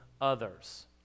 others